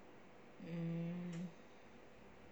hmm